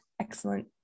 excellent